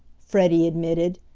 freddie admitted,